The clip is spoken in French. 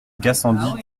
gassendy